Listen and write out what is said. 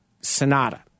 Sonata